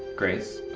grace.